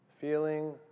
Feeling